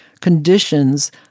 conditions